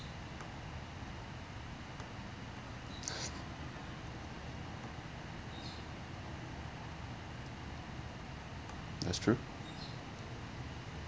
that's true